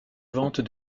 ventes